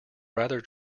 rather